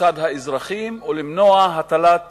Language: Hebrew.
לצד האזרחים או למנוע הטלת